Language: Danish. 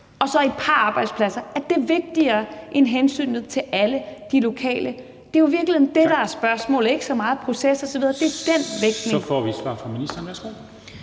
giver et par arbejdspladser – eller er det hensynet til alle de lokale? Det er jo i virkeligheden det, der er spørgsmålet, og ikke så meget processen osv. Det er den vægtning. Kl. 16:38 Formanden